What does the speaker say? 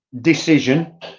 decision